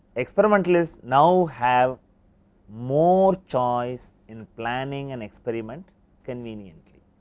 experimentalists now have more choice in planning an experiment conveniently.